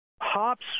Hops